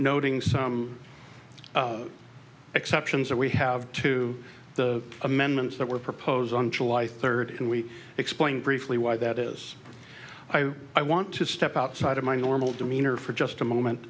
noting some exceptions are we have to the amendments that were proposed on july third and we explain briefly why that is i want to step outside of my normal demeanor for just a moment